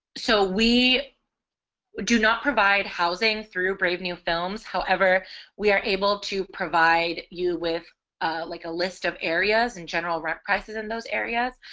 so we do not provide housing through brave new films however we are able to provide you with like a list of areas and general rent prices in those areas